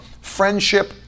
Friendship